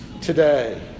today